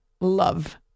love